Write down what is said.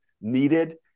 needed